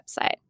website